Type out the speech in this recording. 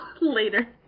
later